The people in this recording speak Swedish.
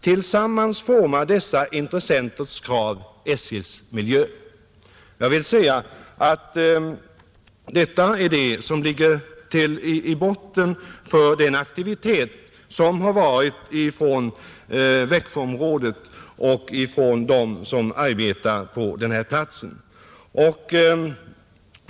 Tillsammans formar dessa intressenters krav SJ:s miljö.” Jag vill framhålla att detta ligger bakom aktiviteten från Växjöområdet och dem som arbetar på den här platsen.